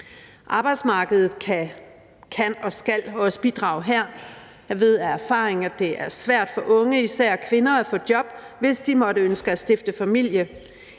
Arbejdsmarkedet kan og skal også bidrage her. Jeg ved af erfaring, at det er svært for unge, især kvinder, at få job, hvis de måtte ønske at stifte familie.